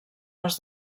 les